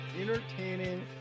entertaining